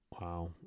Wow